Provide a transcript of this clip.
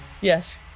Yes